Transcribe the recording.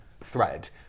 thread